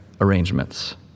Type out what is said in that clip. arrangements